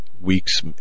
weeks